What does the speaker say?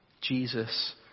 Jesus